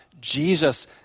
Jesus